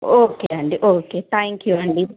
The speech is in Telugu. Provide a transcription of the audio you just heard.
ఓకే అండి ఓకే థ్యాంక్ యూ అండి